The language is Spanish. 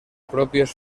propios